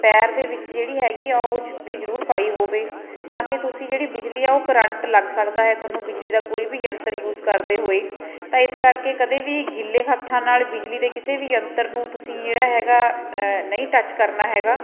ਪੈਰ ਦੇ ਵਿੱਚ ਜਿਹੜੀ ਹੈਗੀ ਆ ਉਹ ਜੁੱਤੀ ਜ਼ਰੂਰ ਪਾਈ ਹੋਵੇ ਤਾਂ ਕਿ ਤੁਸੀਂ ਜਿਹੜੀ ਬਿਜਲੀ ਆ ਉਹ ਕਰੰਟ ਲੱਗ ਸਕਦਾ ਹੈ ਤੁਹਾਨੂੰ ਬਿਜਲੀ ਦਾ ਕੋਈ ਵੀ ਯੰਤਰ ਯੂਜ ਕਰਦੇ ਹੋਏ ਤਾਂ ਇਸ ਕਰਕੇ ਕਦੇ ਵੀ ਗਿੱਲੇ ਹੱਥਾਂ ਨਾਲ ਬਿਜਲੀ ਦੇ ਕਿਸੇ ਵੀ ਯੰਤਰ ਨੂੰ ਤੁਸੀਂ ਜਿਹੜਾ ਹੈਗਾ ਨਹੀਂ ਟੱਚ ਕਰਨਾ ਹੈਗਾ